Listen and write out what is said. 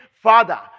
Father